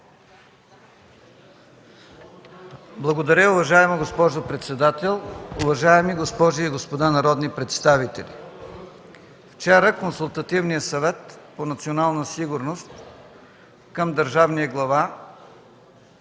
Благодаря, уважаема госпожо председател. Уважаеми госпожи и господа народни представители! Вчера Консултативният съвет по национална сигурност към държавния глава